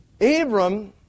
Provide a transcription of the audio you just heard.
Abram